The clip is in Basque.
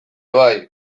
bai